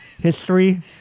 history